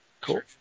Cool